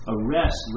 Arrest